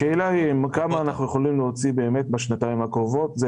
השאלה היא כמה אנחנו יכולים להוציא בשנתיים הקרובות.